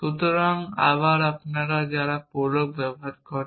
সুতরাং আবার আপনারা যারা প্রোলগ ব্যবহার করেন